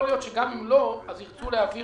יכול להיות שגם אם לא אז ירצו להעביר